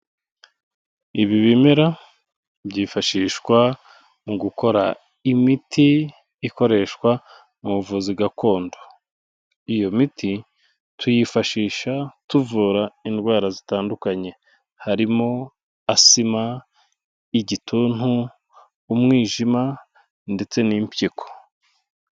Ibi bimera byifashishwa mu gukora imiti ikoreshwa mu buvuzi gakondo. Iyo miti tuyifashisha tuvura indwara zitandukanye, harimo asima, igituntu, umwijima ndetse n'impyiko.